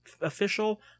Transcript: official